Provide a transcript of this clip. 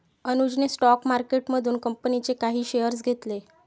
अनुजने स्टॉक मार्केटमधून कंपनीचे काही शेअर्स घेतले